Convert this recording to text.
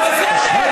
זה בסדר,